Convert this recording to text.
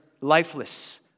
lifeless